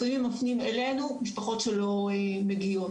לפעמים הם מפנים אלינו משפחות שלא מגיעות.